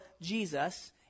Jesus